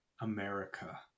america